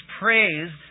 praised